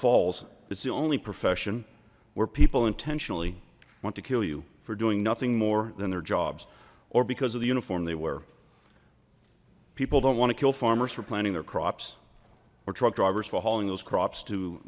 falls it's the only profession where people intentionally want to kill you for doing nothing more than their jobs or because of the uniform they wear people don't want to kill farmers for planting their crops or truck drivers for hauling those